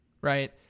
right